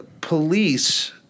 police